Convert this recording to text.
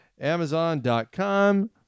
Amazon.com